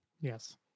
yes